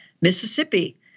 Mississippi